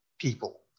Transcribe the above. people